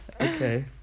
Okay